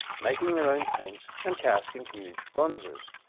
making their own paints and casting huge bronzes,